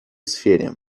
сфере